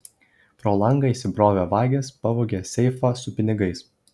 pro langą įsibrovę vagys pavogė seifą su pinigais